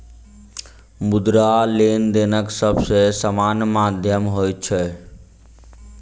मुद्रा, लेनदेनक सब सॅ सामान्य माध्यम होइत अछि